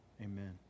amen